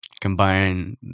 combine